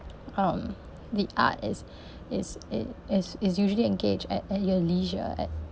um the art is is it is is usually engage at at your leisure at